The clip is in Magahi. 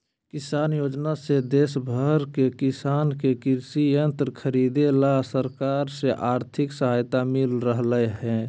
किसान योजना से देश भर के किसान के कृषि यंत्र खरीदे ला सरकार से आर्थिक सहायता मिल रहल हई